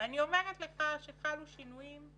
ואני אומרת לך שחלו שינויים,